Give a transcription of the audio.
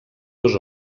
dos